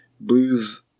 blues